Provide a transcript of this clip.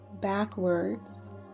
backwards